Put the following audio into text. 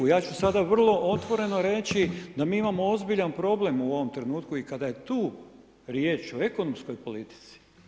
Ja ću sada vrlo otvoreno reći da mi imamo ozbiljan problem u ovom trenutku i kada je tu riječ o ekonomskoj politici.